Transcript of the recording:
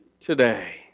today